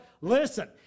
Listen